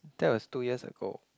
that was two years ago